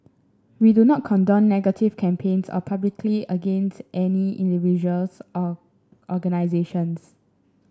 we do not condone negative campaigns or publicity against any individuals or organisations